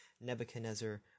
Nebuchadnezzar